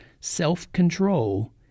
self-control